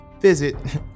visit